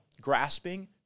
grasping